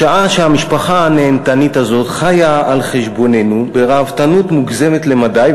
בשעה שהמשפחה הנהנתנית הזאת חיה על חשבוננו בראוותנות מוגזמת למדי,